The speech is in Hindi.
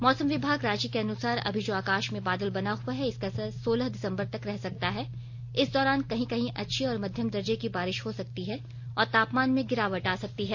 मौसम विभाग रांची के अनुसार अभी जो आकाश में बादल बना हुआ है इसका असर सोलह दिसंबर तक रह सकता है इस दौरान कहीं कहीं अच्छी और मध्यम दर्जे की बारिश हो सकती है और तापमान में गिरावट आ सकती है